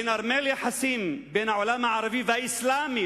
לנרמל יחסים בין העולם הערבי והאסלאמי,